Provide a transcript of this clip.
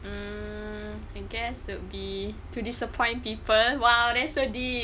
mm I guess would be to disappoint people !wow! that's so deep